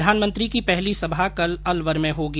प्रधानमंत्री की पहली सभा कल अलवर में होगी